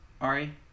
Ari